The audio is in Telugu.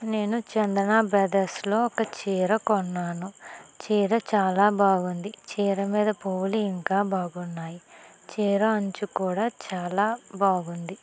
నేను చందన బ్రదర్స్లో ఒక చీర కొన్నాను చీర చాలా బాగుంది చీర మీద పోగులు ఇంకా బాగున్నాయి చీర అంచు కూడా చాలా బాగుంది